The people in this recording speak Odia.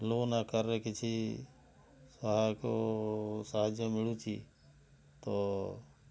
ଲୋନ୍ ଆକାରରେ କିଛି ସହାୟକ ସାହାଯ୍ୟ ମିଳୁଛି ତ